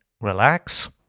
relax